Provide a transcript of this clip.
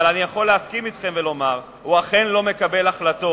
אבל אני יכול להסכים אתכם ולומר שהוא אכן לא מקבל החלטות.